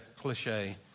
cliche